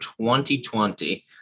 2020